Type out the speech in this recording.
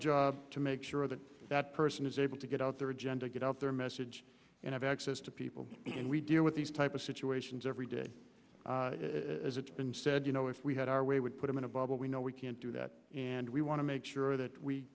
job to make sure that that person is able to get out their agenda get out their message and have access to people and we deal with these type of situations every day as it's been said you know if we had our way would put him in a bubble we know we can't do that and we want to make sure that we